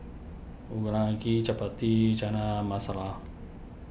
Unagi Chapati Chana Masala